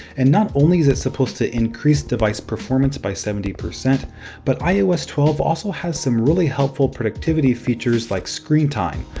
and not only is it supposed to increase device performance by seventy, but ios twelve also has some really helpful productivity features like screen time.